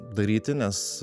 daryti nes